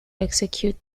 execute